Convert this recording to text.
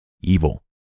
evil